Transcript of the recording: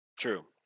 True